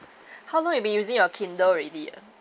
how long you been using your Kindle already ah